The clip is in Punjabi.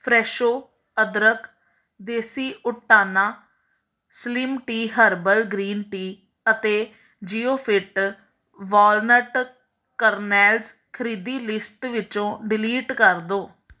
ਫਰੈਸ਼ੋ ਅਦਰਕ ਦੇਸੀ ਊਟਾਨਾ slim tea herbal green tea ਅਤੇ ਜ਼ਿਓਫਿੱਟ ਵਾਲਨਟ ਕਰਨੈਲਸ ਖਰੀਦੀ ਲਿਸਟ ਵਿੱਚੋਂ ਡਿਲੀਟ ਕਰ ਦਿਉ